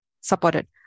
supported